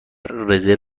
رزرو